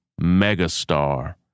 megastar